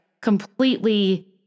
completely